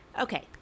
Okay